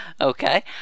Okay